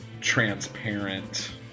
transparent